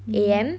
mmhmm